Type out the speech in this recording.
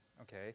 okay